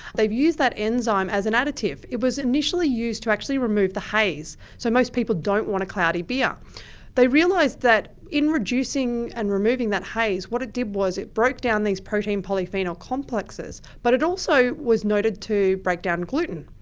they've used that enzyme as an additive. it was initially used to actually remove the haze, so most people don't want a cloudy beer. they realised that in reducing and removing that haze, what it did was it broke down these protein polyphenols complexes, but it also was noted to break down gluten.